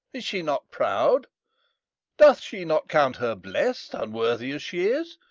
is she not proud doth she not count her bles'd, unworthy as she is,